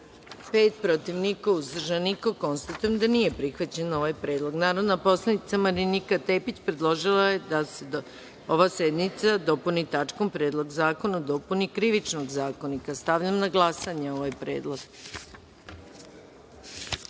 pet, protiv – niko, uzdržanih - nema. Konstatujem da nije prihvaćen ovaj predlog. Narodna poslanica Marinika Tepić predložila je da se dnevni red sednice dopuni tačkom – Predlog zakona o dopuni Krivičnog zakonika. Stavljam na glasanje ovaj